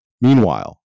Meanwhile